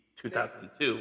2002